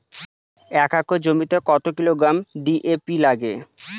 এক একর জমিতে কত কিলোগ্রাম ডি.এ.পি লাগে?